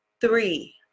three